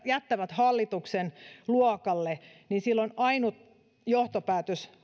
jättävät hallituksen luokalle niin silloin ainut johtopäätös